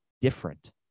different